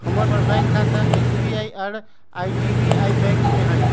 हमर बैंक खता एस.बी.आई आऽ आई.डी.बी.आई बैंक में हइ